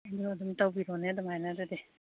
ꯑꯗꯨ ꯑꯗꯨꯝ ꯇꯧꯕꯤꯔꯣꯅꯦ ꯑꯗꯨꯃꯥꯏꯅ ꯑꯗꯨꯗꯤ